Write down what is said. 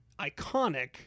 iconic